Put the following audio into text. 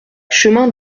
chemin